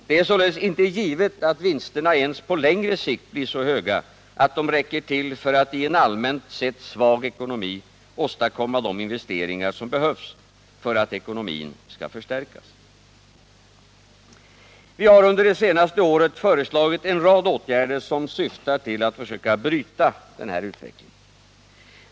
Det är således inte givet att vinsterna ens på längre sikt blir så höga att de räcker till för att i en allmänt sett svag ekonomi åstadkomma de investeringar som behövs för att ekonomin skall förstärkas. Vi har under det senaste året föreslagit en rad åtgärder som syftar till att försöka bryta den här utvecklingen.